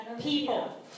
people